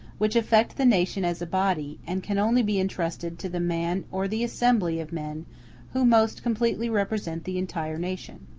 which affect the nation as a body, and can only be intrusted to the man or the assembly of men who most completely represent the entire nation.